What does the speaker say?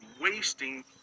wasting